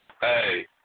hey